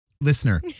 Listener